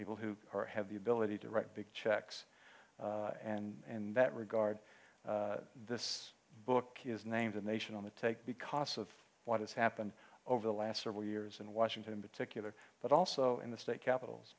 people who have the ability to write big checks and in that regard this book is named a nation on the take because of what has happened over the last several years in washington particular but also in the state capitals